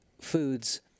foods